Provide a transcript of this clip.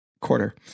quarter